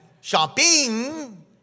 shopping